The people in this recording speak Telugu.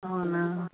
అవునా